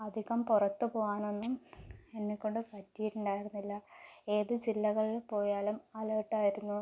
അധികം പുറത്തു പോകാനൊന്നും എന്നെ കൊണ്ട് പറ്റിയിട്ടുണ്ടായിരുന്നില്ല ഏതു ജില്ലകളിൽ പോയാലും അലേർട്ട് ആയിരുന്നു